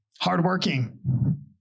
hardworking